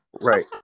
Right